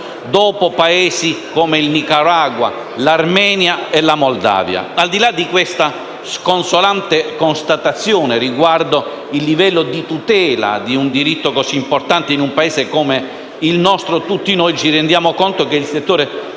dopo Paesi come il Nicaragua, l'Armenia e la Moldavia. Al di là di questa sconsolante constatazione riguardo al livello di tutela di un diritto così importante in un Paese come il nostro, tutti noi ci rendiamo conto che il settore